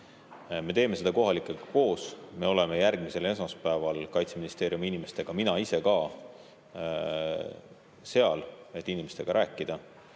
Me teeme seda kohalikega koos. Me oleme järgmisel esmaspäeval Kaitseministeeriumi inimestega, mina ise ka, seal, et inimestega rääkida.